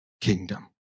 kingdom